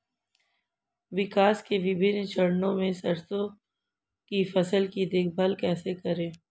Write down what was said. विकास के विभिन्न चरणों में सरसों की फसल की देखभाल कैसे करें?